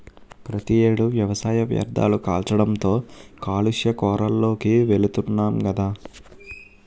ప్రతి ఏడు వ్యవసాయ వ్యర్ధాలు కాల్చడంతో కాలుష్య కోరల్లోకి వెలుతున్నాం గదా